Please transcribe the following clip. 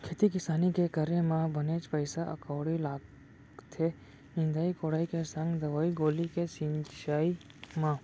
खेती किसानी के करे म बनेच पइसा कउड़ी लागथे निंदई कोड़ई के संग दवई गोली के छिंचाई म